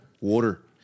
Water